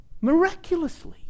miraculously